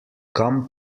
kam